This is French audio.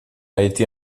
été